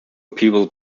people